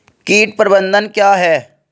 कीट प्रबंधन क्या है?